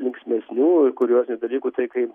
linksmesnių i kuriozinių dalykų tai kai